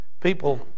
people